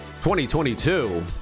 2022